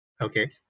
Okay